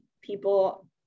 people